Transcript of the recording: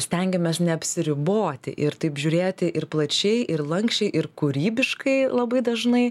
stengiamės neapsiriboti ir taip žiūrėti ir plačiai ir lanksčiai ir kūrybiškai labai dažnai